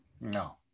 No